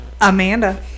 Amanda